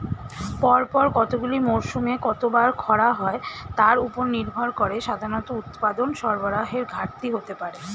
পরপর কতগুলি মরসুমে কতবার খরা হয় তার উপর নির্ভর করে সাধারণত উৎপাদন সরবরাহের ঘাটতি হতে পারে